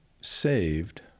saved—